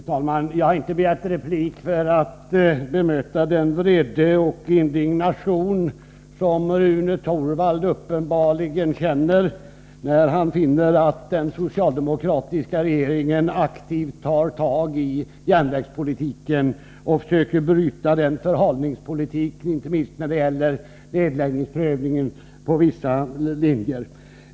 Fru talman! Jag har inte begärt replik för att bemöta den vrede och indignation som Rune Torwald uppenbarligen känner, när han finner att den socialdemokratiska regeringen aktivt tar tag i järnvägspolitiken och söker bryta förhalningspolitiken, inte minst när det gäller nedläggningsprövningen på vissa linjer.